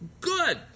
Good